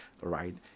right